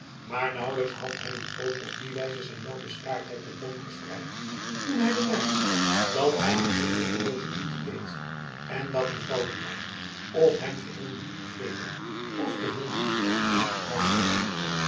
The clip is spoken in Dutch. maar naauwelijks had hy een poos op die wijze zijn welbespraaktheid ten toon gespreid toen hy bemerkte dat hy geheel nuttelooze moeite deed en dat mevrouw buat of hem geheel niet begrepen of geheel niet naar hem geluisterd had